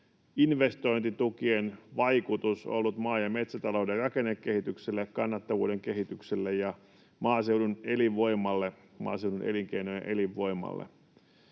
investointitukien vaikutus maa- ja metsätalouden rakennekehitykselle, kannattavuuden kehitykselle ja maaseudun elinkeino- ja elinvoimalle.